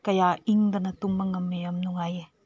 ꯀꯌꯥ ꯏꯪꯗꯅ ꯇꯨꯝꯕ ꯉꯝꯃꯦ ꯌꯥꯝ ꯅꯨꯡꯉꯥꯏꯌꯦ